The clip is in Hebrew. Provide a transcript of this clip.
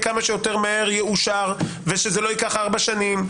כמה שיותר מהר ושלא ייקח ארבע שנים,